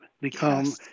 become